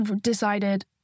decided